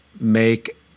make